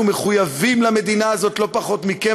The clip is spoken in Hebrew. אנחנו מחויבים למדינה הזאת לא פחות מכם,